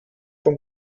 vom